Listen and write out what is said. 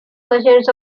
versions